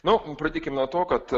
nu pradėkim nuo to kad